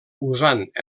usant